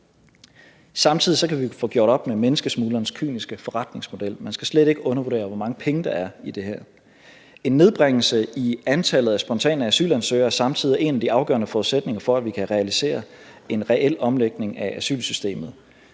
Samtidig kan vi få gjort op med menneskesmuglernes kyniske forretningsmodel. Man skal slet ikke undervurdere, hvor mange penge der er i det her. En nedbringelse af antallet af spontane asylansøgere er samtidig en af de afgørende forudsætninger for, at vi kan realisere en reel omlægning af asylsystemet.